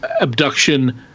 abduction